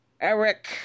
Eric